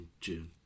June